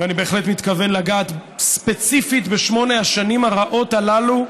ואני בהחלט מתכוון לגעת ספציפית בשמונה השנים הרעות הללו,